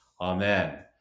amen